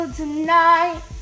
tonight